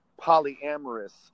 polyamorous